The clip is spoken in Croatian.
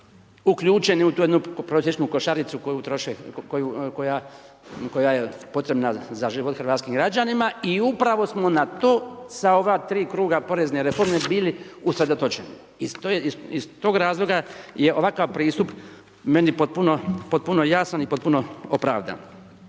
uključeni u tu jednu prosječnu košaricu koja je potrebna za život hrvatskim građanima i upravo smo na to sa ova tri kruga porezne reforme bili usredotočeni. Iz tog razloga je ovakav pristup meni potpuno jasan i potpuno opravdan.